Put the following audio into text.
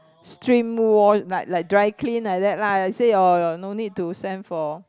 like like dry clean like that lah say your your no need to send for